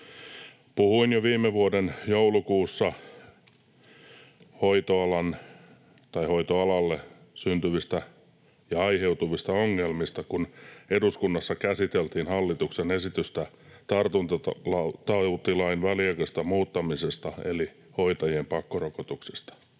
Puhuin jo viime vuoden joulukuussa hoitoalalle syntyvistä ja aiheutuvista ongelmista, kun eduskunnassa käsiteltiin hallituksen esitystä tartuntatautilain väliaikaisesta muuttamisesta eli hoitajien pakkorokotuksista.